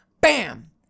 bam